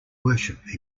worship